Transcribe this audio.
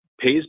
pays